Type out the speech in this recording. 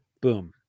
Boom